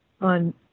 on